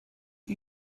are